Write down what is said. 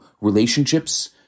relationships